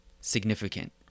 significant